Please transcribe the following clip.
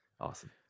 Awesome